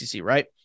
right